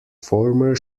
former